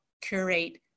curate